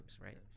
right